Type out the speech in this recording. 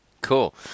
cool